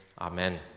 Amen